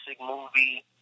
movie